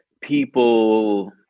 people